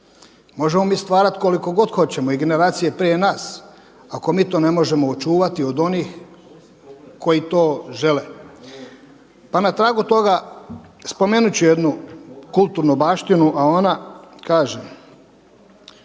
Možemo mi stvarati koliko god hoćemo i generacije prije nas ako mi to ne možemo očuvati od onih koji to žele. Pa na tragu toga spomenut ću jednu kulturnu baštinu a ona kaže: